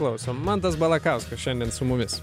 klausom mantas balakauskas šiandien su mumis